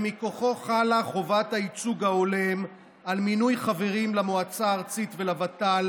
שמכוחו חלה חובת הייצוג ההולם על מינוי חברים למועצה הארצית ולוות"ל